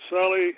Sally